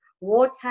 Water